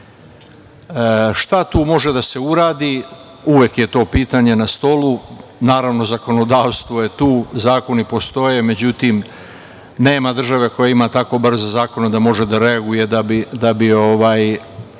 tu može da se uradi, uvek je to pitanje na stolu. Naravno, zakonodavstvo je tu, zakoni postoje, međutim, nema države koja ima tako brze zakone da može da reaguje da bi